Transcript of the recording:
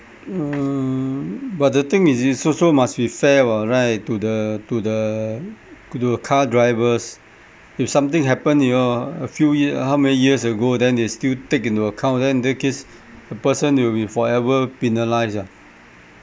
mm but the thing is it's also must be fair [what] right to the to the to the car drivers if something happen you know a few year how many years ago then they still take into account then in that case the person will be forever penalised ah